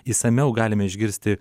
išsamiau galime išgirsti